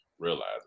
Realize